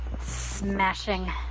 Smashing